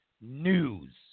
news